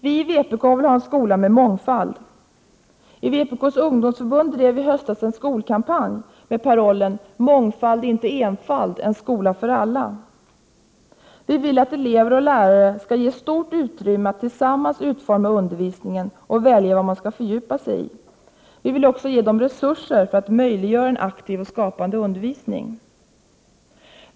Vi i vpk vill ha en skola med mångfald. I vpk:s ungdomsförbund drev vi i höstas en skolkampanj med parollen ” Mångfald — inte enfald. En skola för alla”. Vi vill att elever och lärare skall ges stort utrymme att tillsammans utforma undervisningen och välja vad man skall fördjupa sig i. Vi vill också ge dem resurser för att möjliggöra en aktiv och skapande undervisning.